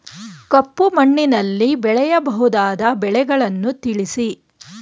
ಕಪ್ಪು ಮಣ್ಣಿನಲ್ಲಿ ಬೆಳೆಯಬಹುದಾದ ಬೆಳೆಗಳನ್ನು ತಿಳಿಸಿ?